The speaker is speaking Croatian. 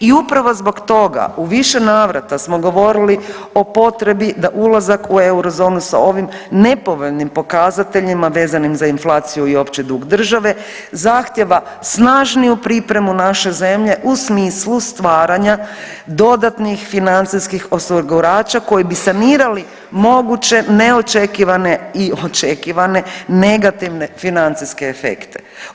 I upravo zbog toga u više navrata smo govorili o potrebi da ulazak u eurozonu sa ovim nepovoljnim pokazateljima vezanim za inflaciju i opći dug države zahtijeva snažniju pripremu naše zemlje u smislu stvaranja dodatnih financijskih osigurača koji bi sanirali moguće neočekivane i očekivane negativne financijske efekte.